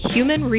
Human